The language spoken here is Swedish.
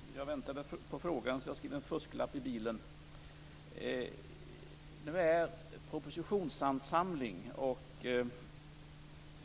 Fru talman! Jag väntade på frågan, så jag skrev en fusklapp i bilen. Nu är propositionsansamling och